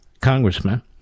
congressman